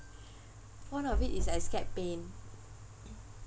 one of it is I scared pain